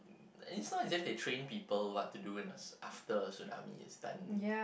it's not just they train people what to do in a ts~ after tsunami is done